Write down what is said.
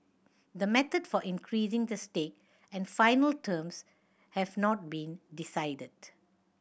the method for increasing the stake and final terms have not been decided